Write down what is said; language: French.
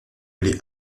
appelé